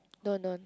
don't don't